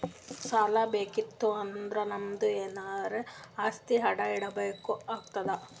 ಸಾಲಾ ಬೇಕಿತ್ತು ಅಂದುರ್ ನಮ್ದು ಎನಾರೇ ಆಸ್ತಿ ಅಡಾ ಇಡ್ಬೇಕ್ ಆತ್ತುದ್